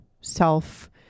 self